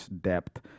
depth